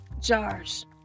jars